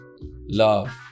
love